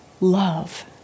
love